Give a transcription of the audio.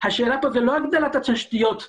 לנישה שלא עסקנו בה,